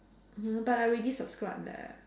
!huh! but I already subscribed leh